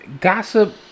gossip